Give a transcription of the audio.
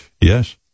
yes